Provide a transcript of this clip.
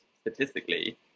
statistically